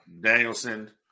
Danielson